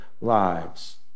lives